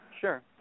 sure